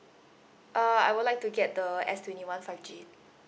uh I would like to get the S twenty one five G